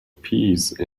peace